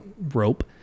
rope